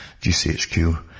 GCHQ